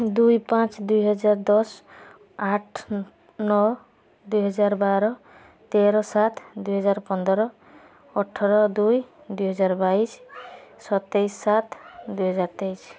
ଦୁଇ ପାଞ୍ଚ ଦୁଇ ହଜାର ଦଶ ଆଠ ନଅ ଦୁଇ ହଜାର ବାର ତେର ସାତ ଦୁଇ ହଜାର ପନ୍ଦର ଅଠର ଦୁଇ ଦୁଇ ହଜାର ବାଇଶ ସତେଇଶ ସାତ ଦୁଇ ହଜାର ତେଇଶ